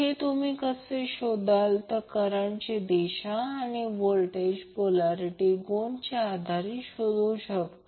हे तुम्ही कसे शोधाल तर करंटची दिशा आणि व्होल्टेजचा पोल्यारीटी गुण यांच्या आधारे शोधू शकता